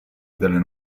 delle